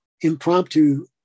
impromptu